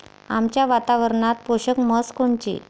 आमच्या वातावरनात पोषक म्हस कोनची?